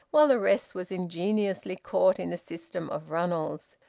while the rest was ingeniously caught in a system of runnels.